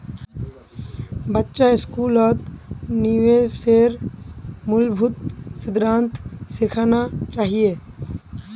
बच्चा स्कूलत निवेशेर मूलभूत सिद्धांत सिखाना चाहिए